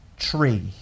tree